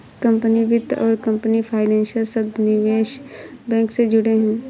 company वित्त और company financer शब्द निवेश बैंक से जुड़े हैं